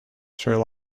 sir